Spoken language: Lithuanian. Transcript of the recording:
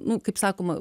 nu kaip sakoma